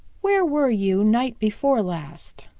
where were you night before last?